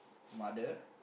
mother